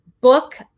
book